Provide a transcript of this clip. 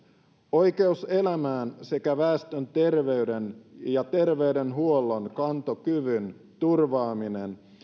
oikeus elämään sekä väestön terveyden ja terveydenhuollon kantokyvyn turvaaminen